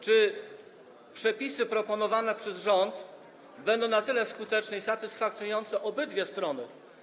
Czy przepisy proponowane przez rząd będą skuteczne i satysfakcjonujące obydwie strony?